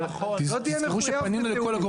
אבל לא תהיה מחויב בתיאומים.